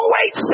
wait